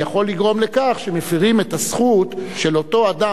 יכול לגרום לכך שמפירים את הזכות של אותו אדם